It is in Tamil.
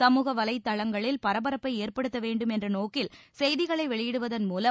சமூக வலைதளங்களில் பரபரப்பை ஏற்படுத்த வேண்டும் என்ற நோக்கில் செய்திகளை வெளியிடுவதன் மூலம்